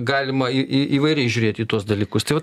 galima į į įvairiai žiūrėt į tuos dalykus tai vat